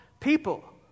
People